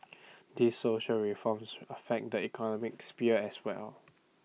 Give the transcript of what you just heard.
these social reforms affect the economic sphere as well